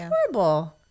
horrible